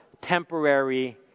temporary